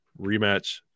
Rematch